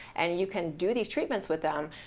and you can do these treatments with them.